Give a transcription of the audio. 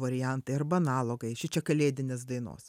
variantai arba analogai šičia kalėdinės dainos